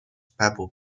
pebble